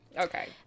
Okay